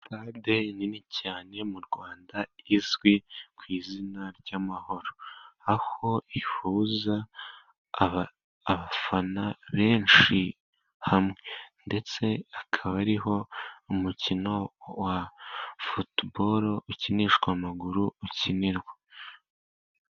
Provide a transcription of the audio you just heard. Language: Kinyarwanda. Sitade nini cyane mu Rwanda izwi ku izina ry'Amahoro. Aho ihuza abafana benshi hamwe ndetse akaba ariho umukino wa futuboro, ukinishwa amaguru ukinirwa.